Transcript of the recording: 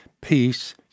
peace